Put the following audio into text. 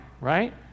right